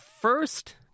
first